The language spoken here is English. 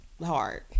hard